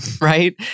right